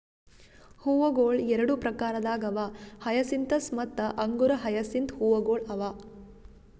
ಹೂವುಗೊಳ್ ಎರಡು ಪ್ರಕಾರದಾಗ್ ಅವಾ ಹಯಸಿಂತಸ್ ಮತ್ತ ಅಂಗುರ ಹಯಸಿಂತ್ ಹೂವುಗೊಳ್ ಅವಾ